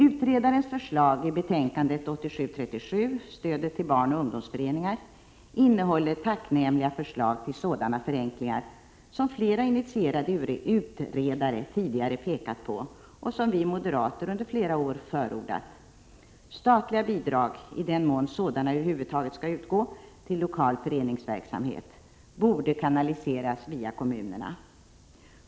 Utredarens förslag i betänkandet 1987:37, Stödet till barnoch ungdomsföreningar, innehåller tacknämliga förslag till sådana förenklingar som flera initierade utredare tidigare pekat på — och som vi moderater under flera år förordat, t.ex. att statliga bidrag, i den mån sådana över huvud taget skall utgå till lokal föreningsverksamhet, borde kanaliseras via kommunerna.